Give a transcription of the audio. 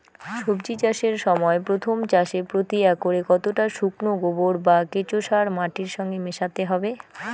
সবজি চাষের সময় প্রথম চাষে প্রতি একরে কতটা শুকনো গোবর বা কেঁচো সার মাটির সঙ্গে মেশাতে হবে?